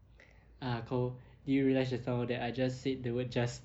uh kau did you realise just now that I just said the word just